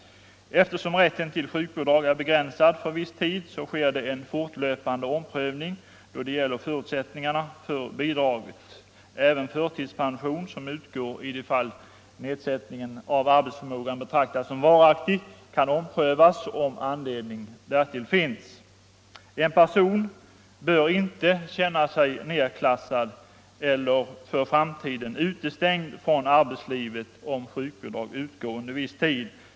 Eftersom rätten till sjukbidrag är begränsad till viss tid sker det en fortlöpande omprövning då det gäller förutsättningarna för bidraget. Även förtidspension, som utgår i de fall nedsättningen av arbetsförmågan bedöms som varaktig, kan omprövas om anledning därtill finns. En person bör inte känna sig nedklassad eller för framtiden utestängd från ar betslivet om sjukbidrag utgår under viss tid.